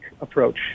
approach